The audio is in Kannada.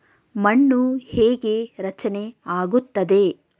ಮಣ್ಣು ಹೇಗೆ ರಚನೆ ಆಗುತ್ತದೆ?